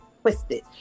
twisted